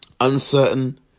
uncertain